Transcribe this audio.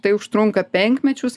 tai užtrunka penkmečius